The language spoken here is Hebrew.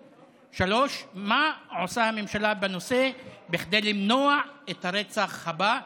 3. מה עושה הממשלה בנושא כדי למנוע את הרצח הבא?